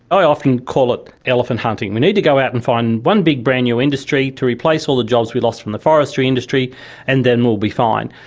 i often call it elephant hunting we need to go out and find one big brand-new industry to replace all the jobs we lost from the forestry industry and then we will be fine.